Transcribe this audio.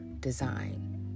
design